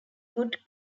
good